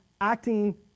acting